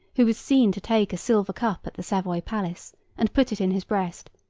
who was seen to take a silver cup at the savoy palace, and put it in his breast,